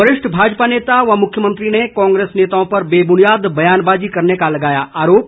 वरिष्ठ भाजपा नेता व मुख्यमंत्री ने कांग्रेस नेताओं पर बेबुनियाद बयानबाजी करने का लगाया आरोप